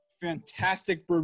fantastic